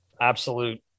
absolute